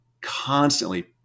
constantly